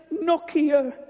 Nokia